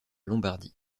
lombardie